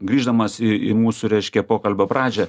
grįždamas į į mūsų reiškia pokalbio pradžią